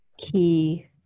key